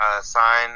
Sign